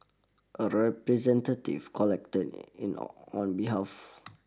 a representative collected it in on behalf